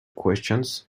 questions